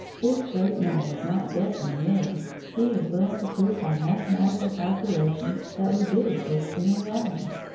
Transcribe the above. this great man was not guessing merely he was willing to prove by mathematical calculations that we did exist in reality.